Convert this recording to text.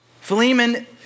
Philemon